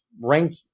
ranked